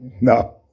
No